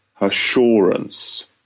assurance